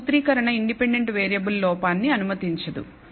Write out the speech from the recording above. ఒక సూత్రీకరణ ఇండిపెండెంట్ వేరియబుల్లో లోపాన్ని అనుమతించదు